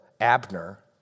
Abner